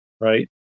right